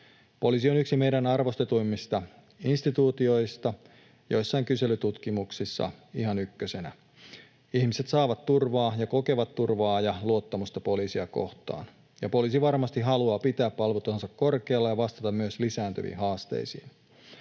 Poliisi on yksi meidän arvostetuimmista instituutioista, joissain kyselytutkimuksissa ihan ykkösenä. Ihmiset saavat turvaa ja kokevat turvaa ja luottamusta poliisia kohtaan, ja poliisi varmasti haluaa pitää palvelutasonsa korkealla ja vastata myös lisääntyviin haasteisiin.